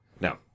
Now